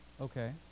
Okay